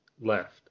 left